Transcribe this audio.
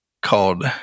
called